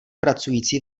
pracující